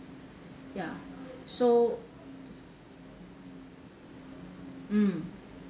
ya so mm